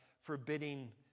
forbidding